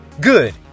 Good